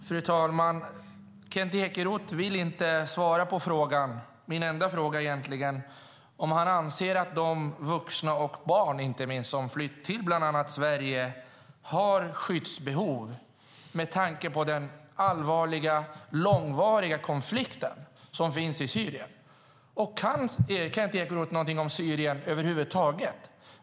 Fru talman! Kent Ekeroth vill inte svara på min enda fråga, om han anser att de vuxna och inte minst barn som flytt till bland annat Sverige har skyddsbehov. Detta frågar jag med tanke på den allvarliga och långvariga konflikten i Syrien. Kan Kent Ekeroth någonting om Syrien över huvud taget?